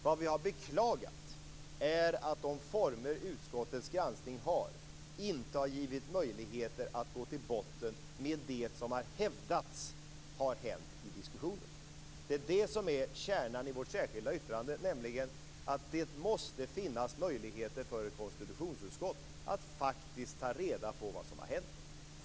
Det vi har beklagat är att de former utskottets granskning har inte har givit möjligheter att gå till botten med det som i diskussionen har hävdats har hänt. Det är det som är kärnan i vårt särskilda yttrande, nämligen att det måste finnas möjligheter för ett konstitutionsutskott att faktiskt ta reda på vad som har hänt.